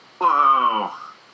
Whoa